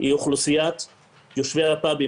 היא יושבי הפאבים,